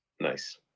nice